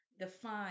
define